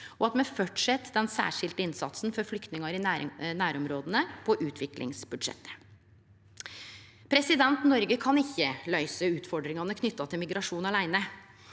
og at me fortset den særskilde innsatsen for flyktningar i nærområda på utviklingsbudsjettet. Noreg kan ikkje løyse utfordringane knytte til migrasjon åleine,